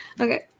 Okay